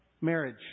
Marriage